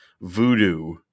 voodoo